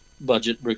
budget